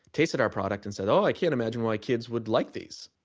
tasted our product and said, oh i can't imagine why kids would like these.